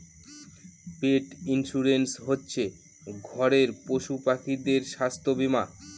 পেট insurance হচ্ছে ঘরের পশুপাখিদের স্বাস্থ্য বীমা